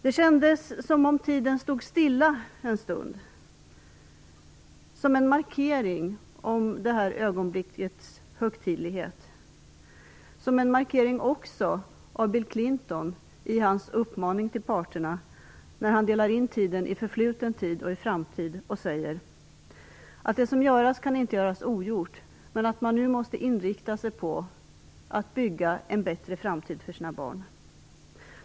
Det kändes som om tiden stod stilla en stund - som en markering av ögonblickets högtidlighet. Det kändes också som om Bill Clinton i sin uppmaning till parterna gjorde en markering när han delade in tiden i förfluten tid och i framtid och sade att det som har gjorts inte kan göras ogjort, men att man nu måste inrikta sig på att bygga en bättre framtid för sina barn.